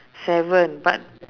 seven but